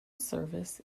service